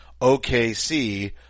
OKC